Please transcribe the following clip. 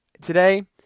today